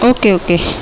okay okay